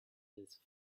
his